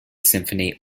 symphony